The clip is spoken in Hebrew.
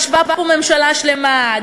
ישבה פה ממשלה שלמה,